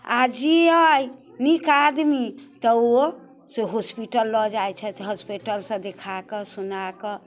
आओर जे अइ नीक आदमी तऽ ओ से हॉस्पिटल लऽ जाइ छथि हॉस्पिटलसँ देखाकऽ सुनाकऽ